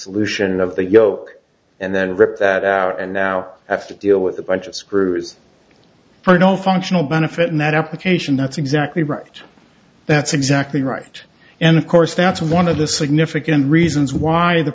solution of the yolk and then rip that out and now have to deal with a bunch of screws for no functional benefit in that application that's exactly right that's exactly right and of course that's one of the significant